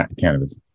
cannabis